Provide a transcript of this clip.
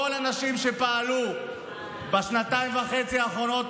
כל הנשים שפעלו בשנתיים וחצי האחרונות,